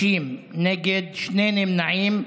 50 נגד, שני נמנעים.